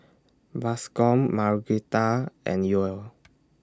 Bascom Margueritta and Yoel